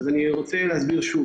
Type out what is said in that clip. אני רוצה להסביר שוב.